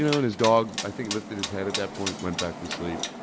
you know and his dog, i think, lifted his head at that point, went back to sleep.